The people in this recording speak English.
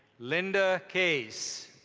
linda case.